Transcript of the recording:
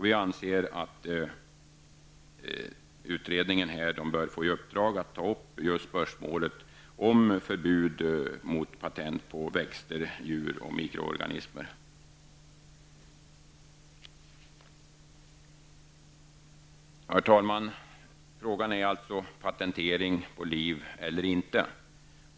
Vi anser att en parlamentarisk utredning bör få i uppdrag att ta upp spörsmål om förbud mot patent på växter, djur och mikroorganismer. Herr talman! Frågan är alltså om paten på liv eller inte.